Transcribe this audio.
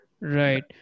Right